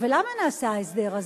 עכשיו, למה נעשה ההסדר הזה?